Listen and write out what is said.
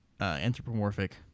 anthropomorphic